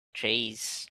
trees